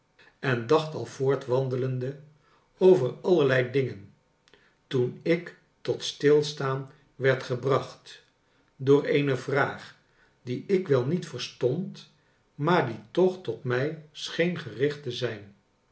en dacht al voortwandelende over allerlei dingen toen ik tot stilstaan werd gebracht door eene vraag die ik wel niet verstond maar die toch tot mij scheen gericht te zijn